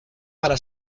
para